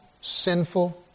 sinful